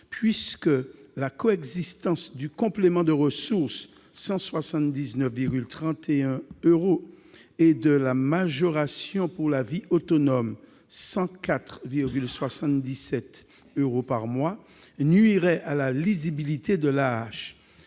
car la coexistence du complément de ressources- 179,31 euros par mois -et de la majoration pour la vie autonome- 104,77 euros par mois -nuirait à la lisibilité de l'AAH.